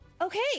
Okay